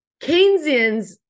Keynesians